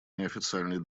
неофициальный